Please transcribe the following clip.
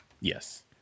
Yes